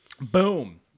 boom